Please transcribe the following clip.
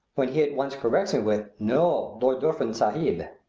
when he at once corrects me with, no lord dufferin sahib.